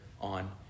on